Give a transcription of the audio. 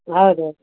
ಹೌದು